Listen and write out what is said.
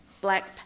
black